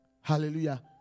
Hallelujah